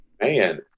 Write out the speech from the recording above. man